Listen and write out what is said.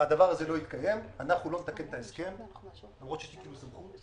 הדבר הזה לא יתקיים אנחנו לא נתקן את ההסכם למרות שיש --- אני